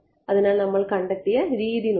അതിനാൽ നമ്മൾ ഇത് കണ്ടെത്തിയ രീതി നോക്കുക